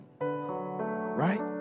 right